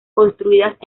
construidas